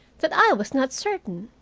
that i was not certain!